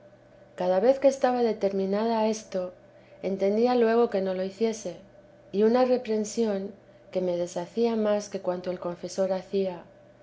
cada vez que estaba determinada a esto entendía luego que no lo hiciese y una reprensión que me deshacía más que cuanto el confesor hacía